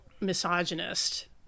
misogynist